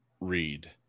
read